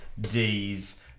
D's